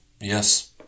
Yes